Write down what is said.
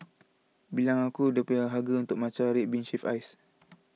belong a good Matcha Red Bean Shaved Ice